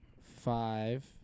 five